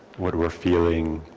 what we're feeling,